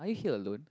are you here alone